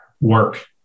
work